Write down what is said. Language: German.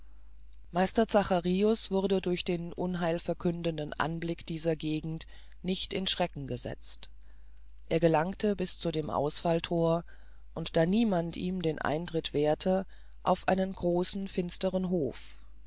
meister zacharius wurde durch den unheilkündenden anblick dieser gegend nicht in schrecken gesetzt er gelangte bis zu dem ausfallthor und da niemand ihm den eintritt wehrte auf einen großen finstern hof